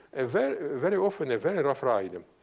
ah very very often, a very rough ride. and